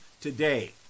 today